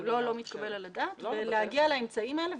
לא לא מתקבל על הדעת להגיע לאמצעים האלה,